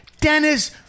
Dennis